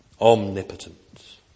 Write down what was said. omnipotent